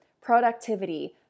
productivity